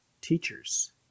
teachers